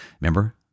remember